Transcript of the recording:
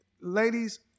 ladies